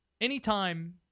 Anytime